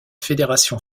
fédération